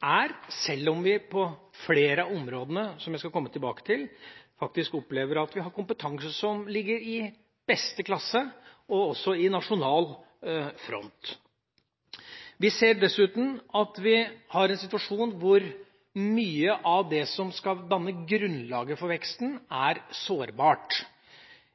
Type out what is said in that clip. er, selv om det på flere av områdene, som jeg skal komme tilbake til, faktisk opplever at vi har kompetanse som ligger i beste klasse – og også i nasjonal front. Vi ser dessuten at vi har en situasjon hvor mye av det som skal danne grunnlaget for veksten, er sårbart